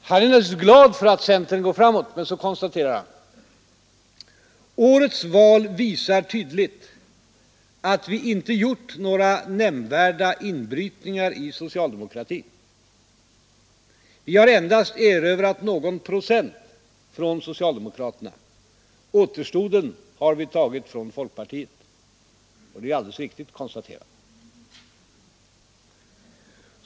Han är naturligtvis glad för att centern går framåt, men så konstaterar han: ”Årets val visar tydligt att vi inte gjort några nämnvärda inbrytningar i socialdemokratin. Vi har endast erövrat någon procent från socialdemokraterna. Återstoden har vi tagit från folkpartiet.” Och det är ju alldeles riktigt konstaterat.